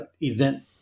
event